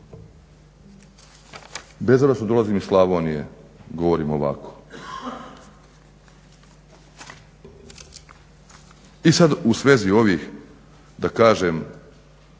Bez obzira što dolazim iz Slavonije govorim ovako. I sada u svezi ovih